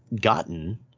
gotten